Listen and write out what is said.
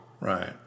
Right